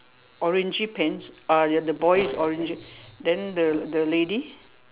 orangey pants uh ya the boy is orangey then the the lady